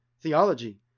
theology